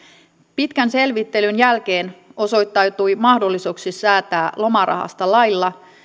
pitkän selvittelyn jälkeen osoittautui mahdolliseksi säätää lomarahasta lailla